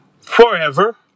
forever